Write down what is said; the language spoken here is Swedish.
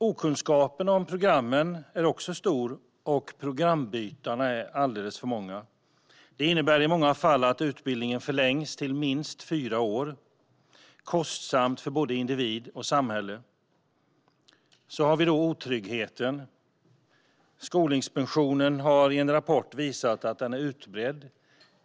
Okunskapen om programmen är stor, och programbytarna är alldeles för många. Det innebär i många fall att utbildningen förlängs till minst fyra år. Detta blir kostsamt för både individ och samhälle. Och så har vi otryggheten. Skolinspektionen har i en rapport visat att den är utbredd.